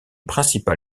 principal